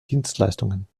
dienstleistungen